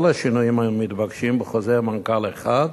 השינויים המתבקשים בחוזר מנכ"ל אחד,